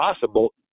possible